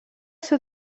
ser